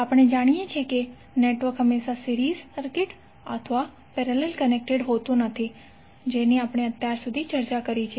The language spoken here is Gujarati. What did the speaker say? આપણે જાણીએ છીએ કે નેટવર્ક હંમેશાં સિરીઝ સર્કિટ અથવા પેરેલલ કનેક્ટેડ હોતું નથી જેની આપણે અત્યાર સુધી ચર્ચા કરી છે